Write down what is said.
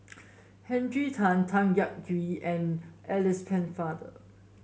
Tan Tan Yak Whee and Alice Pennefather